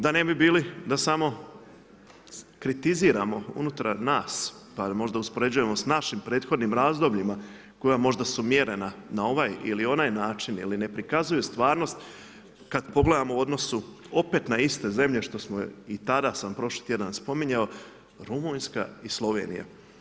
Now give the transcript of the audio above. Da ne bi bili da samo kritiziramo unutar nas, pa možda uspoređujemo sa našim prethodnim razdobljima, koja možda su mjerena na ovaj ili onaj način ili ne prikazuju stvarnost, kada pogledamo u odnosu opet na iste zemlje, što smo i tada sam prošli tjedan spominjao Rumunjska i Slovenija.